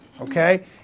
okay